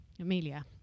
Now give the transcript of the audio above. Amelia